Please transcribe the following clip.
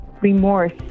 remorse